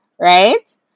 right